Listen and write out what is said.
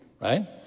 right